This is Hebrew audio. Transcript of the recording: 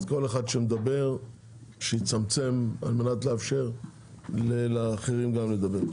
אז כל אחד שמדבר שיצמצם על מנת לאפשר לאחרים גם לדבר.